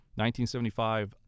1975